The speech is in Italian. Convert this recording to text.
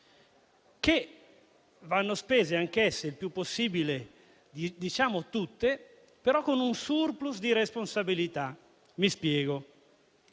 che vanno spese anch'esse il più possibile, diciamo tutte e però con un surplus di responsabilità. Mi spiego.